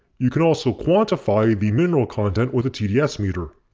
you can also quantify the mineral content with a tds meter.